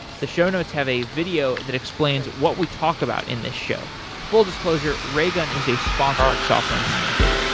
the show notes have a video that explains what we talk about in this show. full disclosure raygun is a sponsor of software engineering daily